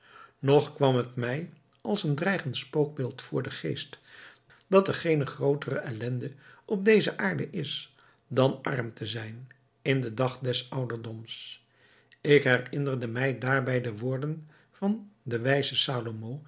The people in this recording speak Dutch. nog kwam het mij als een dreigend spookbeeld voor den geest dat er geene grootere ellende op deze aarde is dan arm te zijn in den dag des ouderdoms ik herinnerde mij daarbij de woorden van den